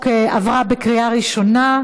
(עידוד תחרות בשוק האשראי),